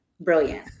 brilliant